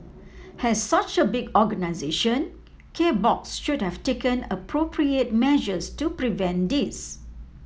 as such a big organisation K Box should have taken appropriate measures to prevent this